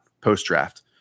post-draft